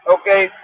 okay